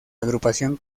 agrupación